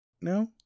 No